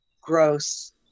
gross